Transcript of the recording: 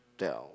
Dell